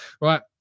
right